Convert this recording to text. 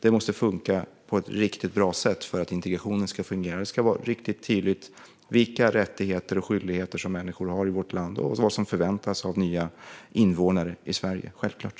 Det måste fungera på ett riktigt bra sätt för att integrationen ska fungera. Det ska vara riktigt tydligt vilka rättigheter och skyldigheter som människor har i vårt land och vad som förväntas av nya invånare i Sverige, självklart.